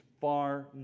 far